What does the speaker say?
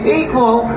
equal